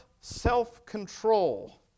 self-control